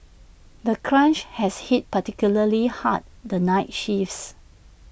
the crunch has hit particularly hard the night shifts